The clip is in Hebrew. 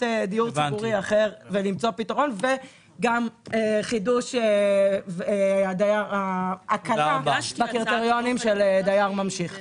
דיור ציבורי אחר ולמצוא פתרון וגם חידוש ההכרה בקריטריונים של דייר ממשיך.